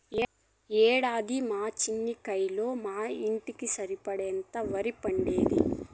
ఏందక్కా మా చిన్న కయ్యలో మా ఇంటికి సరిపడేంత ఒరే పండేది